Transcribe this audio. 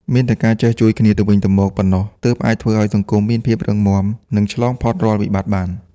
មានតែការចេះជួយគ្នាទៅវិញទៅមកប៉ុណ្ណោះ ទើបអាចធ្វើឲ្យសង្គមមានភាពរឹងមាំ និងឆ្លងផុតរាល់វិបត្តិបាន។